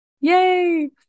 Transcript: Yay